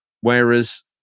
Whereas